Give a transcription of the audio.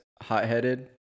hot-headed